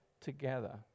together